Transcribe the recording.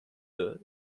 the